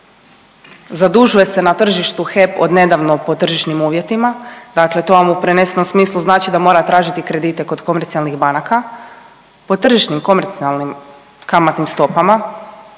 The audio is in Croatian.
zadužuje se na tržištu HEP od nedavno po tržišnim uvjetima, dakle to vam u prenesenom smislu znači da mora tražiti kredite kod komercijalnih banaka, po tržišnim komercijalnim kamatnim stopama